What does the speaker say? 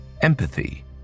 empathy